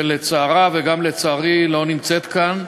שלצערה וגם לצערי לא נמצאת כאן.